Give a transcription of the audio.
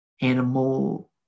animal